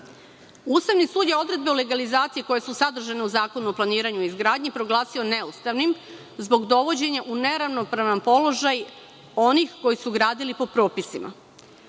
dozvole. Ustavni sud je odredbe o legalizaciji koje su sadržane u Zakonu o planiranju i izgradnji proglasio neustavnim zbog dovođenja u neravnopravan položaj onih koji su gradili po propisima.